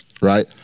right